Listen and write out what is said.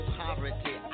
poverty